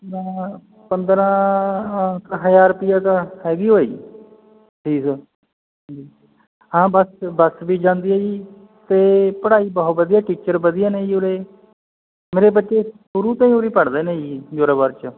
ਜਿੱਦਾਂ ਪੰਦਰਾਂ ਅ ਕ ਹਜ਼ਾਰ ਰੁਪਇਆ ਤਾਂ ਹੈਗੀ ਓ ਹੈ ਜੀ ਫੀਸ ਹਾਂ ਬੱਸ ਬੱਸ ਵੀ ਜਾਂਦੀ ਹੈ ਜੀ ਅਤੇ ਪੜ੍ਹਾਈ ਬਹੁਤ ਵਧੀਆ ਟੀਚਰ ਵਧੀਆ ਨੇ ਜੀ ਉਰੇ ਮੇਰੇ ਬੱਚੇ ਸ਼ੁਰੂ ਤੋਂ ਹੀ ਉਰੀ ਪੜ੍ਹਦੇ ਨੇ ਜੀ ਜ਼ੋਰਾਵਰ 'ਚ